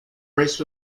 race